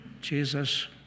Jesus